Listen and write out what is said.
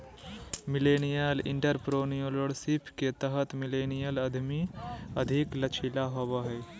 millennial entrepreneurship के तहत millennial उधमी अधिक लचीला होबो हय